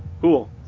Cool